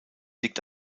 liegt